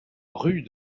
rue